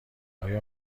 آیا